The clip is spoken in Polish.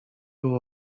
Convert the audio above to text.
był